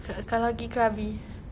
kalau pergi krabi